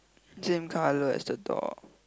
same colour as the door